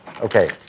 Okay